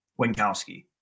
Winkowski